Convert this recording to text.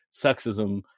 sexism